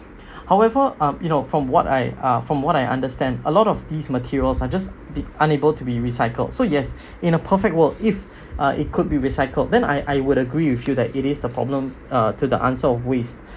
however um you know from what uh from what I understand a lot of these materials are just unable to be recycled so yes in a perfect world if uh it could be recycled then I I would agree with you that it is the problem uh to the answer of waste